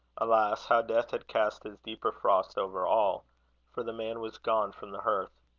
alas! how death had cast his deeper frost over all for the man was gone from the hearth!